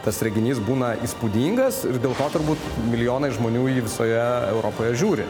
tas reginys būna įspūdingas ir dėl to turbūt milijonai žmonių visoje europoje žiūri